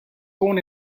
born